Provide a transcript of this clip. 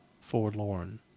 Forlorn